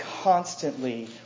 constantly